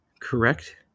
Correct